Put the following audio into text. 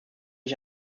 ich